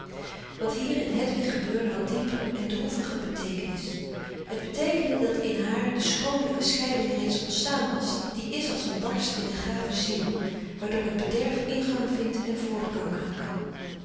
wat hier in hedwig gebeurde had diepe en droevige beteekenis het beteekende dat in haar de schromelijke scheiding reeds ontstaan was die is als een barst in de gave ziel waardoor het bederf ingang vindt en voortkankeren kan